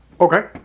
Okay